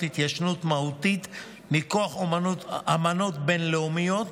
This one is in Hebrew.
התיישנות מהותית מכוח אמנות בין-לאומיות,